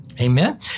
Amen